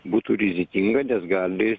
būtų rizikinga nes gali